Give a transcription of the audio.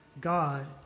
God